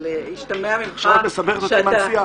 אבל השתמע ממך שאתה מקבל --- עכשיו את מסבכת אותי עם הנשיאה.